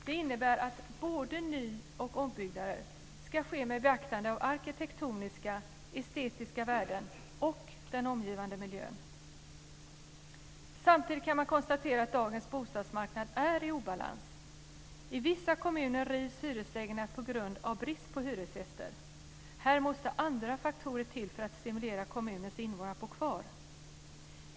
Det innebär att både ny och ombyggnader ska ske med beaktande av arkitektoniska och estetiska värden och den omgivande miljön. Samtidigt kan man konstatera att dagens bostadsmarknad är i obalans. I vissa kommuner rivs hyreslägenheter på grund av brist på hyresgäster. Här måste andra faktorer till för att stimulera kommunens invånare att bo kvar.